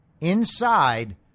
inside